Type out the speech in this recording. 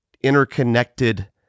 interconnected